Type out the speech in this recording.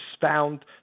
found